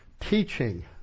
teaching